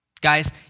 Guys